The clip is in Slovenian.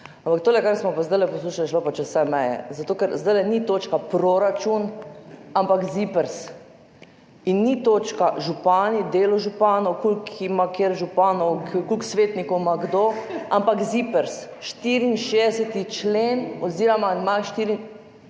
tole, kar smo zdaj poslušali, je šlo pa čez vse meje, zato ker zdaj ni točka proračun, ampak ZIPRS, in niso točka župani, delo županov, koliko ima kateri županov, koliko svetnikov ima kdo, ampak ZIPRS, 64. člen oziroma amandma